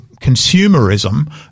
consumerism